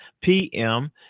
PM